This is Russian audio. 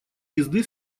езды